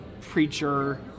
preacher